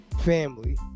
family